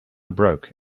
broke